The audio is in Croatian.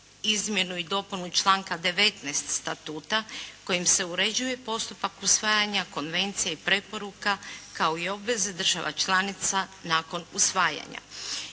izmjenu i dopunu članka 19. statuta kojim se uređuje postupak usvajanja konvencije i preporuka kao i obveze država članica nakon usvajanja.